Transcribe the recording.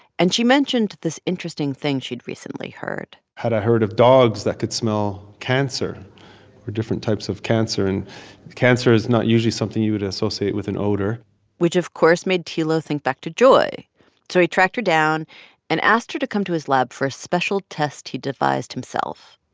and she mentioned this interesting thing she'd recently heard had i heard of dogs that could smell cancer or different types of cancer? and cancer is not usually something you'd associate with an odor which, of course, made tilo think back to joy so he tracked her down and asked her to come to his lab for a special test he devised himself.